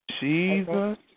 Jesus